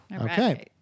Okay